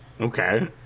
Okay